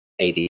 AD